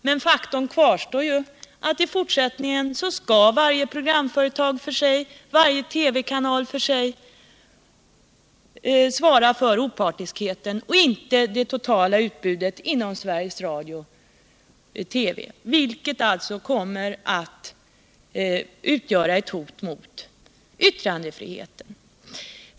Men faktum kvarstår ju att i fortsättningen skall varje programföretag för sig, varje TV-kanal för sig, svara för opartiskheten och inte det totala utbudet inom Sveriges Radio TV, vilket alltså kommer att utgöra ett hot mot yttrandefriheten.